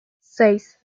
seis